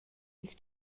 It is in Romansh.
ils